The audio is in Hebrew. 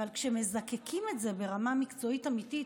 אבל כשמזקקים את זה ברמה מקצועית אמיתית,